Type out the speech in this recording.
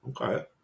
Okay